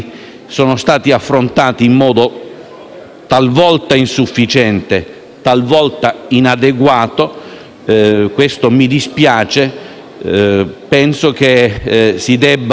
siano stati affrontati in modo talvolta insufficiente e talvolta inadeguato. Questo mi dispiace. Penso che si debba